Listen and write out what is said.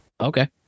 Okay